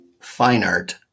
fineart